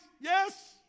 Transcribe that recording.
yes